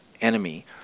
enemy